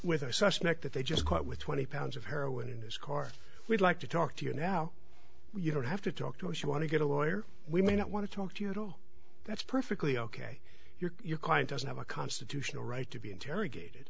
with our suspect that they just caught with twenty pounds of heroin in his car we'd like to talk to you now you don't have to talk to us you want to get a lawyer we may not want to talk to you at all that's perfectly ok your client doesn't have a constitutional right to be interrogated